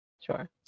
Sure